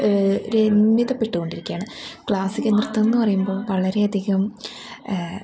രമ്യതപ്പെട്ടുകൊണ്ടിരിക്കുകയാണ് classical നൃത്തം എന്നു പറയുമ്പോൾ വളരെയധികം